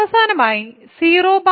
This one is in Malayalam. അവസാനമായി 0